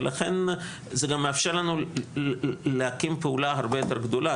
ולכן זה גם מאפשר לנו להקים פעולה הרבה יותר גדולה.